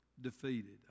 defeated